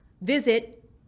visit